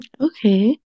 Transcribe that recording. okay